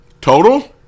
Total